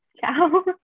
Ciao